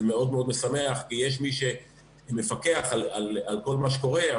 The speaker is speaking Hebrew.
זה מאוד משמח כי יש מי שמפקח על כל מה שקורה.